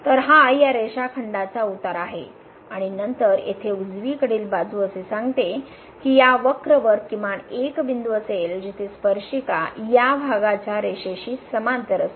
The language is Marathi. तर हा या रेषाखंडाचा उतार आहे आणि नंतर येथे उजवीकडील बाजू असे सांगते की या वक्र वर किमान एक बिंदू असेल जिथे स्पर्शिका या भागाच्या रेषेशी समांतर असेल